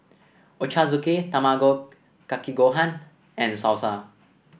Ochazuke Tamago Kake Gohan and Salsa